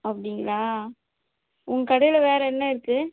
அப்படிங்களா உங்கள் கடையில வேறு என்ன இருக்கு